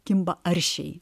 kimba aršiai